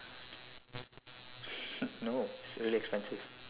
no it's really expensive